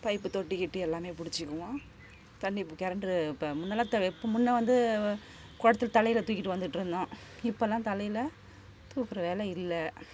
pipe தொட்டிகட்டி எல்லாமே பிடிச்சிக்குவோம் தண்ணி இப்போ கரண்டு இப்போ முன்னெல்லாம் த இப்போ முன்னே வந்து குடத்துல தலையில் தூக்கிகிட்டு வந்துகிட்ருந்தோம் இப்பெலாம் தலையில் தூக்கிற வேலை இல்லை